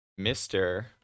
Mr